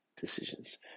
decisions